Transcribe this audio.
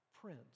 Prince